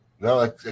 No